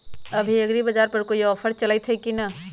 अभी एग्रीबाजार पर कोई ऑफर चलतई हई की न?